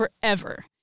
forever